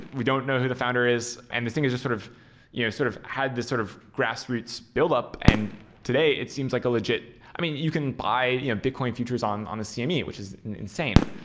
we don't know who the founder is, and this thing is just sort of you know sort of had this sort of grassroots buildup and today it seems like a legit i mean you can buy you know bitcoin futures on on the cme, which is insane.